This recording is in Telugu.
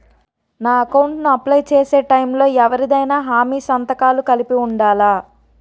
నా అకౌంట్ ను అప్లై చేసి టైం లో ఎవరిదైనా హామీ సంతకాలు కలిపి ఉండలా?